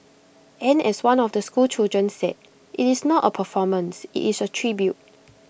and as one of the schoolchildren said IT is not A performance IT is A tribute